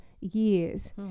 years